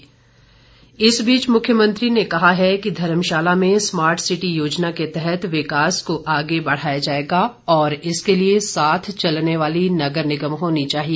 जयराम इस बीच मुख्यमंत्री जयराम ठाकुर ने कहा कि धर्मशाला में स्मार्ट सिटी योजना के तहत विकास को आगे बढ़ाया जाएगा और इसके लिए साथ चलने वाली नगर निगम होनी चाहिए